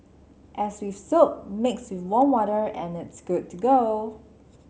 as with soap mix with warm water and it's good to go